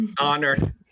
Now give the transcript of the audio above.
Honored